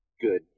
good